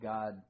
God